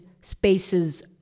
spaces